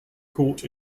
court